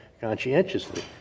conscientiously